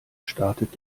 startet